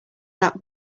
that